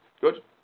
Good